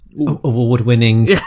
award-winning